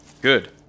Good